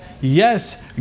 yes